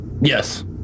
Yes